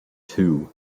two